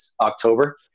October